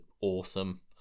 awesome